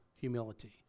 humility